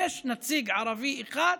יש נציג ערבי אחד,